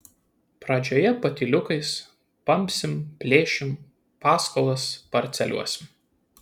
pradžioje patyliukais pampsim plėšim paskolas parceliuosim